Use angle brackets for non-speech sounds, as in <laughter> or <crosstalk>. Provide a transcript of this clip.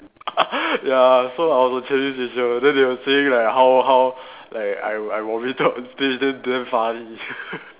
<laughs> ya so I was on Channel News Asia then they were saying like how how like I I vomited on stage then damn funny <laughs>